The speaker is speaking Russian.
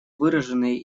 выраженные